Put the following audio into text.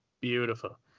beautiful